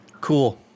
cool